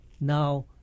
now